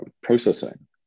processing